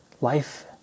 Life